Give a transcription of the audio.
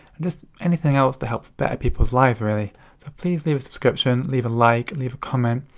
and just anything else that helps better people's lives really. so please leave a subscription, leave a like, and leave a comment.